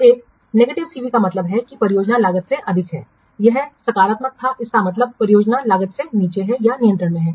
तो एक नकारात्मक सीवी का मतलब है कि परियोजना लागत से अधिक है यह सकारात्मक था इसका मतलब है परियोजना लागत से नीचे है यह नियंत्रण में है